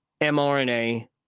mRNA